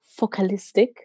Focalistic